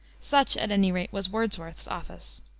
such, at any rate, was wordsworth's office.